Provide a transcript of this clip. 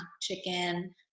chicken